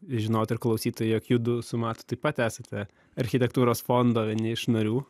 žinotų ir klausytojai jog judu su matu taip pat esate architektūros fondo vieni iš narių